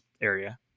area